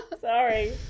sorry